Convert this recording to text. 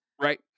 Right